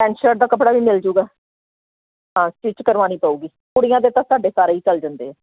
pant shirt ਦਾ ਕੱਪੜਾ ਵੀ ਮਿਲਜੁਗਾ ਹਾਂ ਸਟਿਚ ਕਰਵਾਉਣੀ ਪਉਗੀ ਕੁੜੀਆਂ ਦੇ ਤਾਂ ਸਾਡੇ ਸਾਰੇ ਹੀ ਚੱਲ ਜਾਂਦੇ ਆ